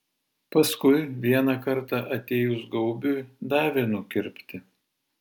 paskui vieną kartą atėjus gaubiui davė nukirpti